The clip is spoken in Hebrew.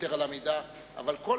יתר על המידה, אבל כל